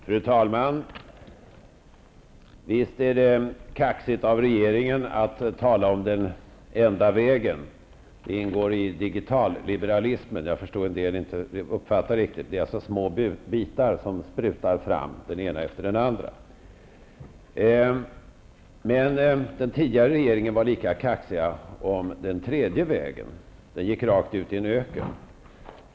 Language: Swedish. Fru talman! Visst är det kaxigt av regeringen att tala om den enda vägen. Det ingår i ''digitalliberalismen''. Jag förstår att en del inte riktigt uppfattar vad detta är. Den består av små bitar som sprutar fram, den ena efter den andra. Men den tidigare regeringen var lika kaxig när den talade om den tredje vägen, som gick rakt in i en öken.